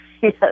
Yes